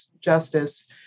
justice